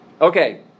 Okay